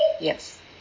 Yes